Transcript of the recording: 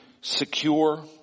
secure